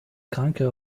kranke